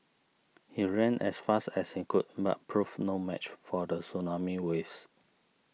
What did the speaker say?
he ran as fast as he could but proved no match for the tsunami waves